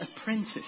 apprentice